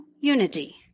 unity